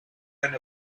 and